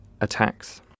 attacks